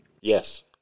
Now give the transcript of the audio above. Yes